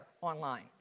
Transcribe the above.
online